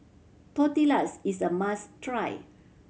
tortillas is a must try